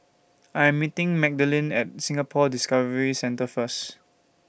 I'm meeting Magdalene At Singapore Discovery Centre First